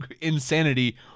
insanity